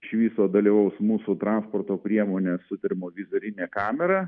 iš viso dalyvaus mūsų transporto priemonės su termovizorine kamera